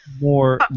more